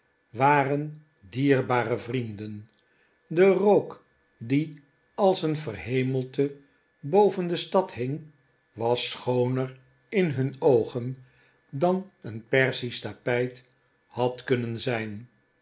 waren dierbare vrienden de rook die als een verhemelte boven de stad hing was schooner in hun oogen dan een perzisch tapijt had kunnen zijn